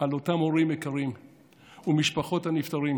על אותם הורים יקרים ומשפחות הנפטרים